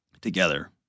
together